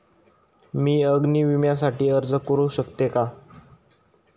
मी अग्नी विम्यासाठी अर्ज करू शकते का?